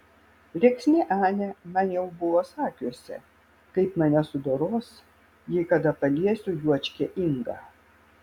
rėksnė anė man jau buvo sakiusi kaip mane sudoros jei kada paliesiu juočkę ingą